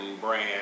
brand